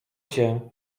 cię